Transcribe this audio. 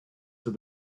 have